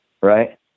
right